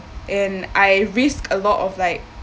and I risked a lot of like